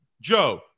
Joe